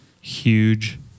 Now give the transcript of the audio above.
Huge